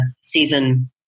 season